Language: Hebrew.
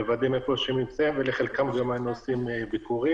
מוודאים איפה הם נמצאים ולחלקם גם היינו עושים ביקורים.